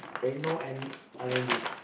techno and r-and-b